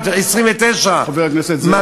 חבר הכנסת, ב-1929.